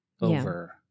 over